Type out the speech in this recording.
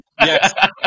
Yes